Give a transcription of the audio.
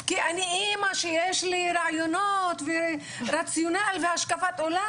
כי אני אמא שיש לי רעיונות ורציונל והשקפת עולם,